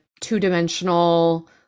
two-dimensional